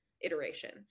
iteration